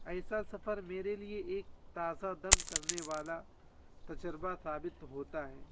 ایسا سفر میرے لیے ایک تازہ دم کرنے والا تجربہ ثابت ہوتا ہے